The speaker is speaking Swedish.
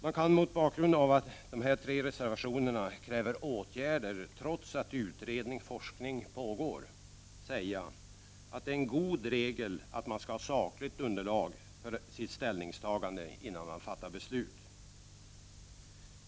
Man kan mot bakgrund av att det i dessa tre reservationer krävs åtgärder trots att utredning eller forskning pågår, säga att det är en god regel att man skall ha sakligt underlag för sitt ställningstagande innan man fattar beslut.